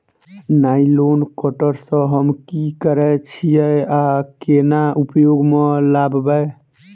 Nylon cutter सँ हम की करै छीयै आ केना उपयोग म लाबबै?